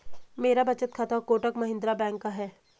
मेरा बचत खाता कोटक महिंद्रा बैंक का है